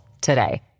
today